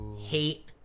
hate